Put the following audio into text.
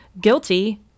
guilty